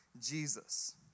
Jesus